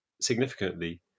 significantly